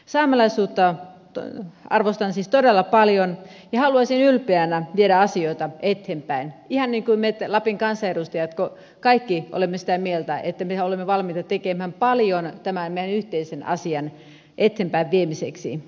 saamelaisuutta arvostan siis todella paljon ja haluaisin ylpeänä viedä asioita eteenpäin ihan niin kuin kaikki me lapin kansanedustajat olemme sitä mieltä että me olemme valmiita tekemään paljon tämän meidän yhteisen asiamme eteenpäinviemiseksi